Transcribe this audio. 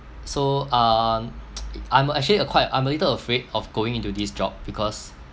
so um I'm actually uh quite I'm a little afraid of going into this job because